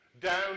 down